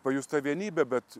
pajust tą vienybę bet